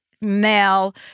male